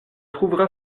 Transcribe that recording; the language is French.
trouvera